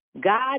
God